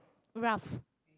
rough